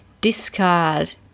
discard